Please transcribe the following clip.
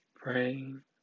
praying